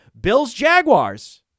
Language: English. Bills-Jaguars